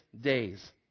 days